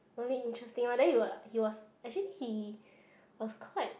really interesting lor then he were like he was actually he was quite